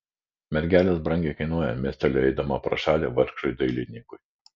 mergelės brangiai kainuoja mestelėjo eidama pro šalį vargšui dailininkui